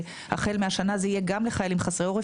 שהחל מהשנה זה יהיה גם לחיילים חסרי עורף